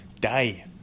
day